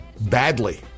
badly